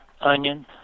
onion